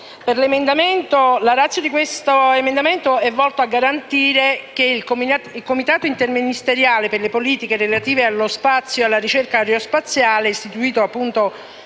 La *ratio* dell'emendamento è volta a garantire che il Comitato interministeriale per le politiche relative allo spazio e alla ricerca aerospaziale, istituito presso